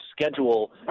schedule